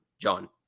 John